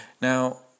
Now